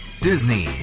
Disney